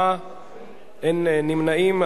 54, אין נמנעים.